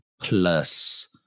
plus